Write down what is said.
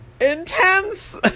intense